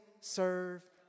serve